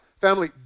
Family